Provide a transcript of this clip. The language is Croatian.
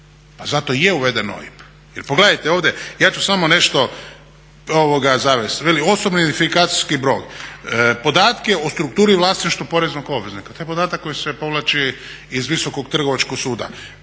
jer pogledajte ovdje, ja ću samo nešto zavesti, veli OIB, podatke o strukturi i vlasništvu poreznog obveznika, to je podatak koji se povlači iz Visokog trgovačkog suda,